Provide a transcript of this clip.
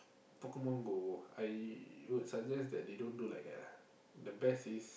Pokemon Go I would suggest that they don't do like that ah the best is